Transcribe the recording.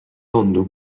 lądu